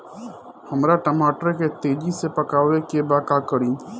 हमरा टमाटर के तेजी से पकावे के बा का करि?